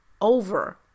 over